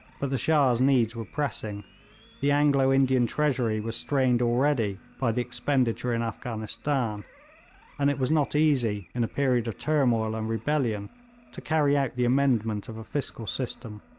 but the shah's needs were pressing the anglo-indian treasury was strained already by the expenditure in afghanistan and it was not easy in a period of turmoil and rebellion to carry out the amendment of a fiscal system.